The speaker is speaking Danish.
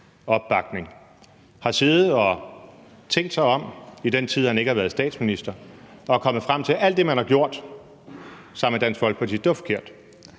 opbakning, har siddet og tænkt sig om i den tid, man ikke har været statsminister, og er kommet frem til, at alt det, man har gjort sammen med Dansk Folkeparti, var forkert,